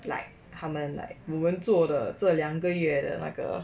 like 他们 like 你们做的这两个月的那个